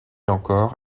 encore